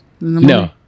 No